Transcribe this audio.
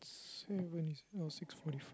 seven no six forty f~